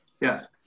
yes